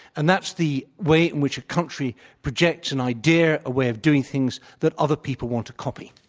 and that's the way in which a country projects an idea, a way of doing things that other people want to copy.